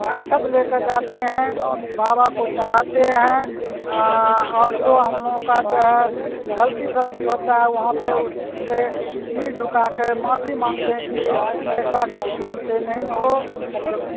اکچھت لے کر جاتے ہیں بابا کو چڑھاتے ہیں اور جو ہم لوگوں کا جو ہے غلطی سلتی ہوتا ہے وہاں پہ اس سے سر جھکا کے معافی مانگتے ہیں کہ ایسا غلطی ہم سے نہیں ہو اور